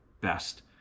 best